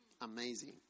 Amazing